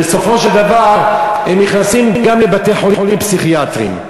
ובסופו של דבר הם נכנסים גם לבתי-חולים פסיכיאטריים.